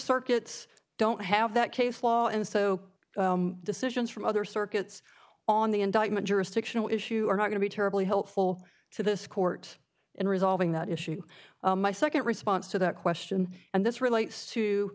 circuits don't have that case law and so decisions from other circuits on the indictment jurisdictional issue are not going to be terribly helpful to this court in resolving that issue my nd response to that question and this relates to